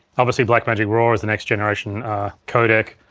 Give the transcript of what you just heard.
obviously blackmagic raw is the next generation codec.